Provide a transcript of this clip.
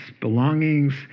belongings